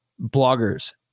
bloggers